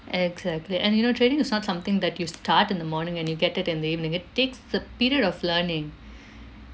exactly and you know trading is not something that you start in the morning and you get it in the evening it takes a period of learning